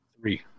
Three